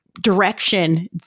direction